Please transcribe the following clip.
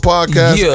Podcast